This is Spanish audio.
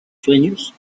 sueños